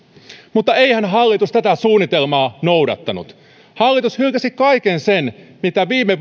mutta eihän hallitus tätä suunnitelmaa noudattanut hallitus hylkäsi kaiken sen mitä viime